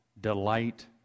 delight